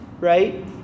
right